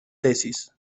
tesis